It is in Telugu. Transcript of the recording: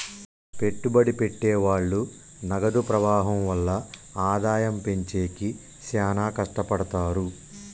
పెట్టుబడి పెట్టె వాళ్ళు నగదు ప్రవాహం వల్ల ఆదాయం పెంచేకి శ్యానా కట్టపడతారు